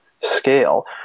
scale